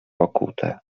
okute